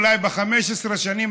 אולי 15 שנים,